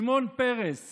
שמעון פרס